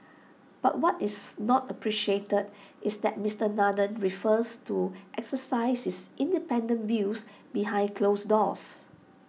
but what is not appreciated is that Mister Nathan prefers to exercise his independent views behind closed doors